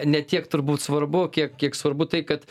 ne tiek turbūt svarbu kiek kiek svarbu tai kad